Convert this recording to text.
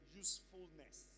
usefulness